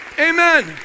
Amen